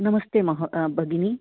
नमस्ते महो आ भगिनी